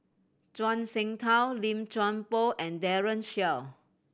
Zhuang Shengtao Lim Chuan Poh and Daren Shiau